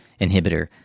inhibitor